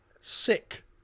sick